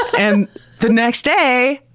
and the next day,